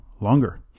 longer